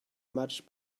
much